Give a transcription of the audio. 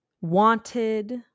wanted